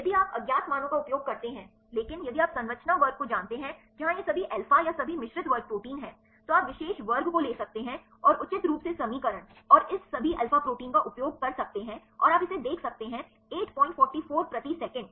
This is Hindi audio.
यदि आप अज्ञात मानों का उपयोग करते हैं लेकिन यदि आप संरचना वर्ग को जानते हैं जहां यह सभी अल्फ़ा या सभी मिश्रित वर्ग प्रोटीन है तो आप विशेष वर्ग को ले सकते हैं और उचित रूप से समीकरण और इस सभी अल्फा प्रोटीन का उपयोग कर सकते हैं और आप इसे देख सकते हैं 844 प्रति सेकंड